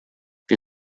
wir